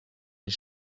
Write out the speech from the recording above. ins